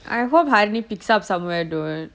I hope harini picks up somewhere dude